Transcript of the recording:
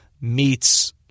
meets